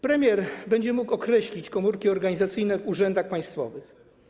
Premier będzie mógł określić komórki organizacyjne w urzędach państwowych.